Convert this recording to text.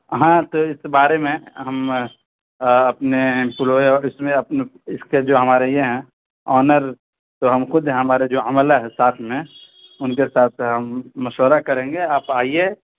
ہاں تو اس بارے میں ہم اپنے اس میں اپنے اس کے جو ہمارے یہ ہیں آنر تو ہم خود ہیں ہمارے جو عملہ ہے ساتھ میں ان کے ساتھ ہم مشورہ کریں گے آپ آئیے